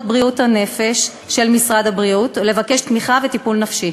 בריאות הנפש של משרד הבריאות ולבקש תמיכה וטיפול נפשי.